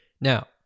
now